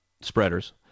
spreaders